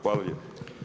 Hvala lijepo.